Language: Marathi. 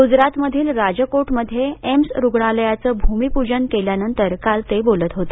गुजरातमधील राजकोटमध्ये एम्स रुग्णालयाचं भूमीपूजन केल्यानंतर काल ते बोलत होते